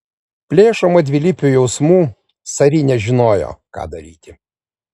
plėšoma dvilypių jausmų sari nežino ką daryti